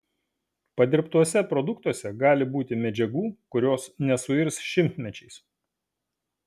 padirbtuose produktuose gali būti medžiagų kurios nesuirs šimtmečiais